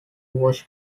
was